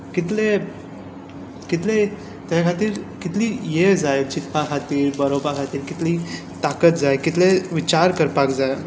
कितलें कितेलें त्या खातीर कितली हें जाय चिंतपा खातीर बरोवपा खातीर कितली ताकत जाय कितले विचार करपाक जाय